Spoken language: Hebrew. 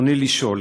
רצוני לשאול: